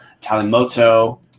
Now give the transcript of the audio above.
Talimoto